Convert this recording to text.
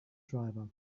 driver